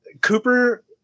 Cooper